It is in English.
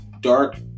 dark